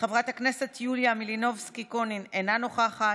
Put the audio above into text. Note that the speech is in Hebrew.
חברת הכנסת יוליה מלינובסקי קונין, אינה נוכחת,